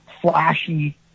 flashy